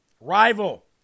Rival